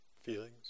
feelings